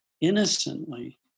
innocently